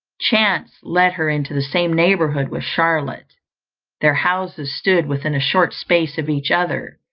chance led her into the same neighbourhood with charlotte their houses stood within a short space of each other,